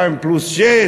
פריים פלוס 6,